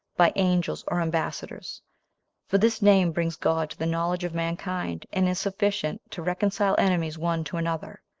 by angels or ambassadors for this name brings god to the knowledge of mankind, and is sufficient to reconcile enemies one to another.